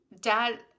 dad